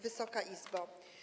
Wysoka Izbo!